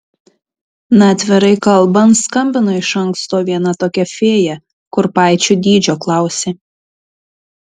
na atvirai kalbant skambino iš anksto viena tokia fėja kurpaičių dydžio klausė